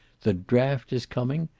the draft is coming.